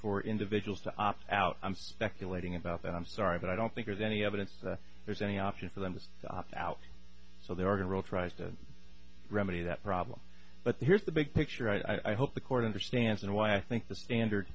for individuals to opt out i'm speculating about that i'm sorry but i don't think there's any evidence there's any option for them to opt out so they are going rogue tries to remedy that problem but here's the big picture i hope the court understands and why i think the standard